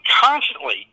constantly